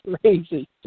Crazy